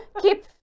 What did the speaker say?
Keep